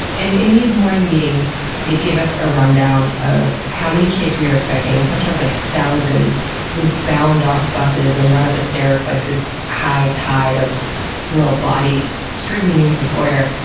and, in these morning meetings they'd give us a rundown of how many kids we are expecting. sometimes like thousands would bound off buses and run up the stairs like this high tide of little bodies streaming into the foyer.